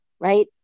right